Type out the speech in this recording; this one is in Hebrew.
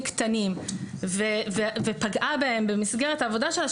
קטנים ופגעה בהם במסגרת העבודה שלה,